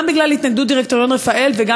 גם בגלל התנגדות דירקטוריון רפא"ל וגם